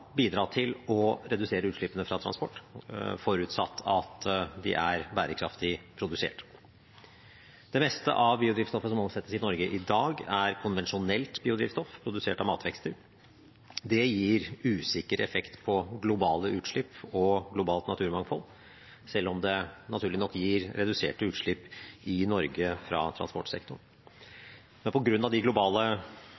bidra til å redusere utslippene fra transport, forutsatt at de er bærekraftig produsert. Det meste av biodrivstoffet som omsettes i Norge i dag, er konvensjonelt biodrivstoff produsert av matvekster. Det gir usikker effekt på globale utslipp og globalt naturmangfold, selv om det naturlig nok gir reduserte utslipp i Norge fra transportsektoren.